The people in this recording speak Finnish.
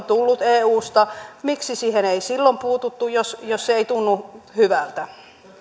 tullut eusta miksi siihen ei silloin puututtu jos jos se ei tunnu hyvältä